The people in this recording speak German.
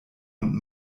und